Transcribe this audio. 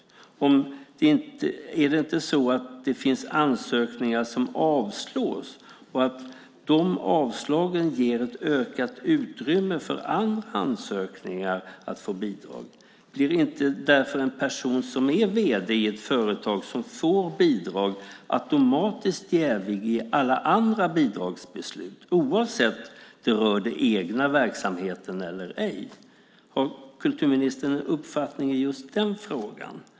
Finns det inte ansökningar som avslås? Och ger inte de avslagen ett ökat utrymme för andra sökande att få bidrag? Blir inte därför en person som är vd i ett företag som får bidrag automatiskt jävig i alla andra bidragsbeslut oavsett om de rör den egna verksamheten eller ej? Har kulturministern en uppfattning i just den frågan?